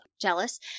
jealous